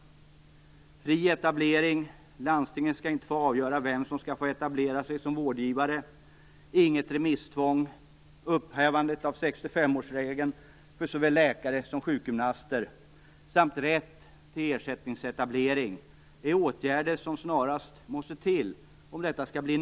Åtgärder som snarast måste vidtas om den privata sektorn inte helt skall utarmas är fri etablering, att landstingen inte skall få avgöra vem som skall få etablera sig som vårdgivare, inget remisstvång och upphävande av 65-årsregeln för såväl läkare som sjukgymnaster samt rätt till ersättningsetablering. Fru talman!